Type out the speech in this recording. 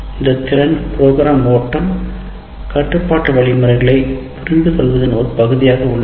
இது நிரல் ஓட்டம் கட்டுப்பாட்டு வழிமுறைகளைப் புரிந்துகொள்வதன் ஒரு பகுதியாக திறன் உள்ளது